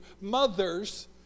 Mothers